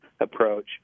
approach